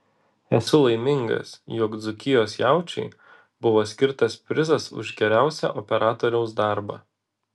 esu laimingas jog dzūkijos jaučiui buvo skirtas prizas už geriausią operatoriaus darbą